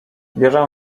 biorę